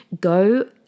go